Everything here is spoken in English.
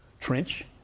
trench